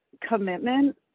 commitment